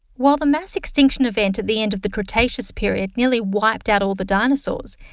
while the mass extinction event at the end of the cretaceous period nearly wiped out all the dinosaurs,